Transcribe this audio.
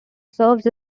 serves